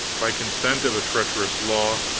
by consent of a treacherous law,